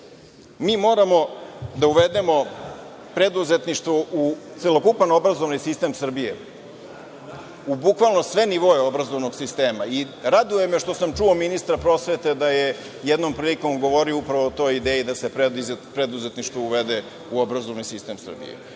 moramo da uvedemo preduzetništvo u celokupan obrazovni sistem Srbije, u bukvalno sve nivoe obrazovnog sistema i raduje me što sam čuo ministra prosvete da je jednom prilikom govorio upravo o toj ideji da se preduzetništvo uvede u obrazovni sistem Srbije.